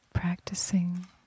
practicing